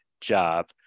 job